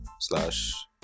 slash